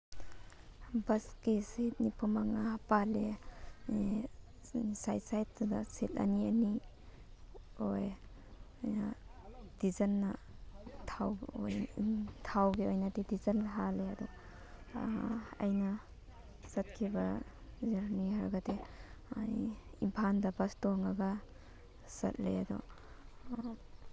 ꯕꯁꯀꯤ ꯁꯤꯠ ꯅꯤꯐꯨꯃꯉꯥ ꯄꯥꯜꯂꯦ ꯁꯥꯏꯠ ꯁꯥꯏꯠꯇꯅ ꯁꯤꯠ ꯑꯅꯤ ꯑꯅꯤ ꯑꯣꯏ ꯗꯤꯖꯟꯅ ꯊꯥꯎꯒꯤ ꯑꯣꯏꯅꯗꯤ ꯗꯤꯖꯟ ꯍꯥꯜꯂꯤ ꯑꯗꯣ ꯑꯩꯅ ꯆꯠꯈꯤꯕ ꯖꯔꯅꯤ ꯍꯥꯏꯔꯒꯗꯤ ꯑꯩ ꯏꯝꯐꯥꯜꯗ ꯕꯁ ꯇꯣꯡꯉꯒ ꯆꯠꯂꯦ ꯑꯗꯨ